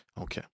Okay